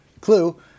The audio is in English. clue